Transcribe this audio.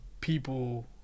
people